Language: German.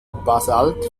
basalt